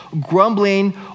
grumbling